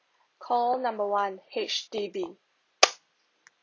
call number one H_D_B